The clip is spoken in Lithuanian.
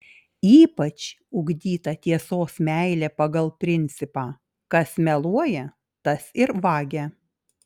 ypač ugdyta tiesos meilė pagal principą kas meluoja tas ir vagia